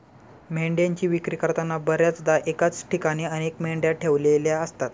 मेंढ्यांची विक्री करताना बर्याचदा एकाच ठिकाणी अनेक मेंढ्या ठेवलेल्या असतात